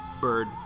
bird